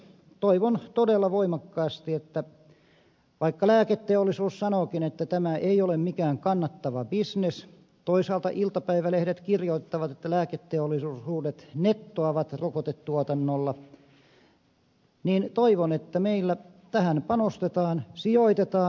toivon todella voimakkaasti että vaikka lääketeollisuus sanookin että tämä ei ole mikään kannattava bisnes toisaalta iltapäivälehdet kirjoittavat että lääketeollisuudet nettoavat rokotetuotannolla että meillä tähän panostetaan sijoitetaan